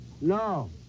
No